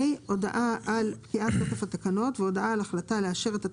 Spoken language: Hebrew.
הודעה על פקיעת תוקף התקנות והודעה על החלטה לאשר את התקנות,